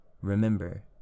Remember